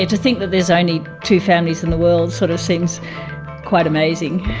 to think that there's only two families in the world sort of seems quite amazing.